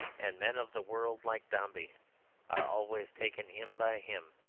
and men of the world like dombey are always taken in by him,